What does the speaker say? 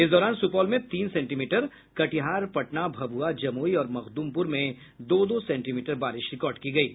इस दौरान सुपौल में तीन सेंटीमीटर कटिहार पटना भभुआ जमुई और मखदुमपुर में दो दो सेंटीमीटर बारिश रिकॉर्ड की गयी